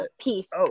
Peace